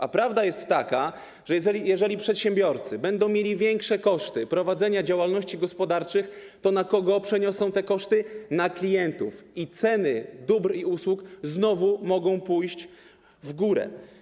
A prawda jest taka, że jeżeli przedsiębiorcy będą mieli większe koszty prowadzenia działalności gospodarczej, to przeniosą te koszty - na kogo? - na klientów i ceny dóbr i usług znowu mogą pójść w górę.